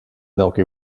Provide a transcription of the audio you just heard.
milky